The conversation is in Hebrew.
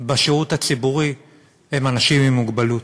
בשירות הציבורי הם אנשים עם מוגבלות.